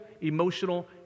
emotional